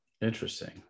interesting